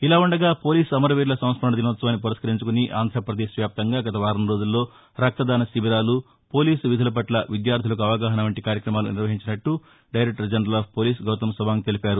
ఇలాఉండగా police అమరవీరుల సంస్కరణ దినోత్సవాన్ని పురస్కరించుకుని ఆంధ్రపదేశ్ వ్యాప్తంగా గత వారం రోజుల్లో రక్తదాన శిబీరాలు పోలీస్ విధుల పట్ల విద్యార్దులకు అవగాహన వంటి కార్యక్రమాలు నిర్వహించినట్ల director general of police Gautam Sawang తెలిపారు